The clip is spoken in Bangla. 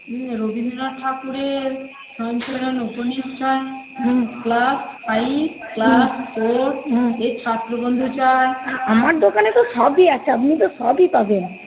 রবীন্দ্রনাথ ঠাকুরের উপন্যাস চাই হম ক্লাস ফাইভ ক্লাস ফোর হম ছাত্রবন্ধু চাই আমার দোকানে তো সবই আছে আপনি তো সবই পাবেন